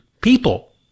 people